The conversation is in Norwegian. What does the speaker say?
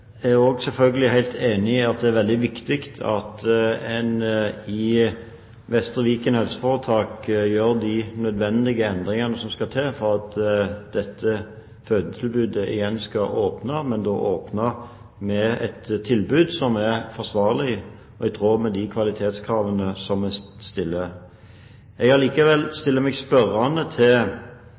Jeg er også selvfølgelig helt enig i at det er veldig viktig at en i Vestre Viken helseforetak gjør de nødvendige endringene som skal til for at dette fødetilbudet igjen skal åpne, og da åpne med et tilbud som er forsvarlig og i tråd med de kvalitetskravene som vi stiller. Jeg stiller meg likevel spørrende til